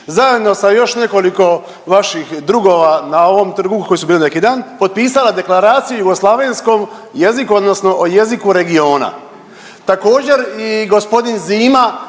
zajedno sa još nekoliko vaših drugova na ovom trgu na kojem su bili neki dan potpisala Deklaraciju o jugoslavenskom jeziku odnosno o jeziku regiona, također i gospodin Zima